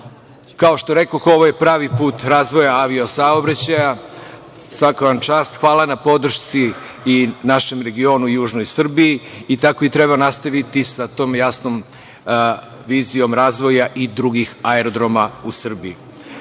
što rekoh, ovo je pravi put razvoja avio-saobraćaja, svaka vam čast, i hvala na podršci i našem regionu u Južnoj Srbiji, i tako i treba nastaviti sa tom jasnom vizijom razvoja i drugih aerodroma u Srbiji.